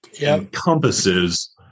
encompasses